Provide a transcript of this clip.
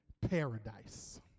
paradise